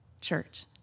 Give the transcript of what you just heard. church